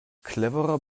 cleverer